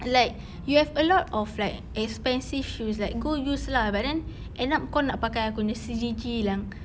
like you have a lot of like expensive shoes like go use lah but then end up kau nak pakai aku punya C_D_G yang